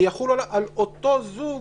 ויחולו על אותו זוג